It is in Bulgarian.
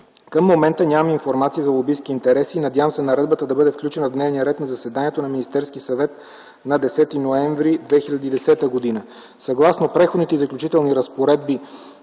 Към момента нямаме информация за лобистки интереси. Надявам се наредбата да бъде включена в дневния ред на заседанието на Министерския съвет на 10 ноември 2010 г.